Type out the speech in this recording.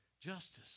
justice